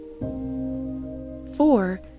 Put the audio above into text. Four